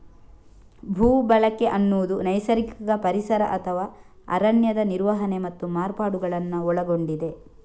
ಭೂ ಬಳಕೆ ಅನ್ನುದು ನೈಸರ್ಗಿಕ ಪರಿಸರ ಅಥವಾ ಅರಣ್ಯದ ನಿರ್ವಹಣೆ ಮತ್ತು ಮಾರ್ಪಾಡುಗಳನ್ನ ಒಳಗೊಂಡಿದೆ